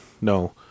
no